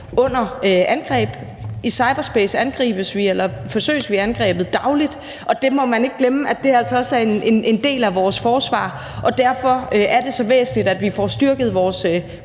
under angreb. I cyberspace angribes vi eller forsøges vi angrebet dagligt, og det må man ikke glemme også er en del af vores forsvar. Derfor er det så væsentligt, at vi får styrket vores